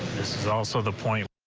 this is also the point.